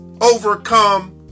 overcome